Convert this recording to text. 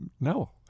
No